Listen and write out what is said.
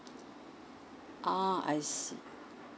a'ah I see